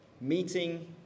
meeting